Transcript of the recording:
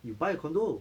you buy a condo